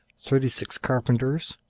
thirty six carpenters,